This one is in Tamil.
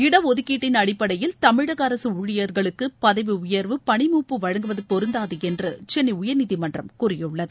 இட ஒதுக்கீட்டின் அடிப்படையில் தமிழக அரசு ஊழியர்களுக்கு பதவி உயர்வு பணி மூப்பு வழங்குவது பொருந்தாது என்று சென்னை உயர்நீதிமன்றம் கூறியுள்ளது